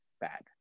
bad